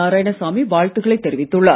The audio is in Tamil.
நாராயணசாமி வாழ்த்துக்களை தெரிவித்துள்ளார்